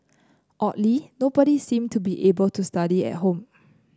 oddly nobody seemed to be able to study at home